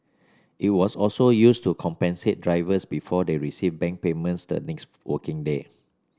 it was also used to compensate drivers before they received bank payments the next working day